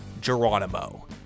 geronimo